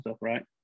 Right